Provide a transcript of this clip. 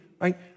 right